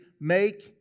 make